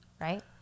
right